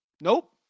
Nope